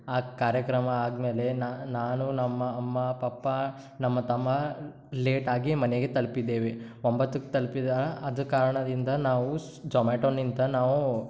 ಆ ಕಾರ್ಯಕ್ರಮ ಆದಮೇಲೆ ನಾನು ನಮ್ಮ ಅಮ್ಮ ಪಪ್ಪ ನಮ್ಮ ತಮ್ಮ ಲೇಟಾಗಿ ಮನೆಗೆ ತಲುಪಿದ್ದೇವೆ ಒಂಬತ್ತಕ್ಕೆ ತಲುಪಿದ ಅದ್ ಕಾರಣದಿಂದ ನಾವು ಜೊಮ್ಯಾಟೊನಿಂದ ನಾವು